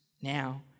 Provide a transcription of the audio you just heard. Now